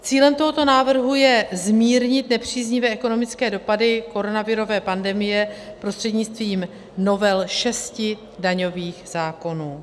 Cílem tohoto návrhu je zmírnit nepříznivé ekonomické dopady koronavirové pandemie prostřednictvím novel šesti daňových zákonů.